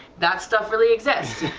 that stuff really exist,